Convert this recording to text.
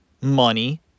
Money